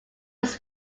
was